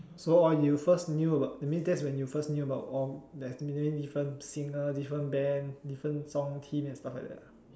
so orh you first knew about I mean that's when you first knew about orh there's many different singer this one band different song theme and stuff like that